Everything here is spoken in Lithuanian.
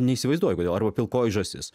neįsivaizduoju kodėl ar pilkoji žąsis